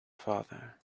father